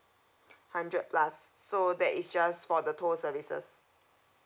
hundred plus so that is just for the tow services